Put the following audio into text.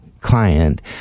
client